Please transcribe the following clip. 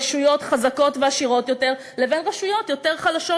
רשויות חזקות ועשירות יותר לבין רשויות יותר חלשות,